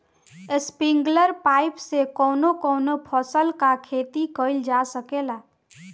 Sprinkler pipe से कवने कवने फसल क खेती कइल जा सकेला?